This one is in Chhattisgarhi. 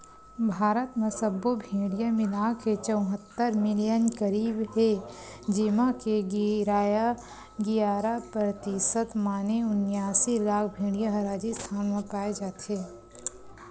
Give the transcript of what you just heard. भारत म सब्बो भेड़िया मिलाके चउहत्तर मिलियन करीब हे जेमा के गियारा परतिसत माने उनियासी लाख भेड़िया ह राजिस्थान म पाए जाथे